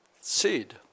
seed